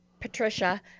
Patricia